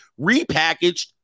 Repackaged